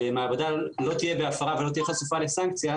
שמעבדה לא תהיה בהפרה ולא תהיה חשופה לסנקציה,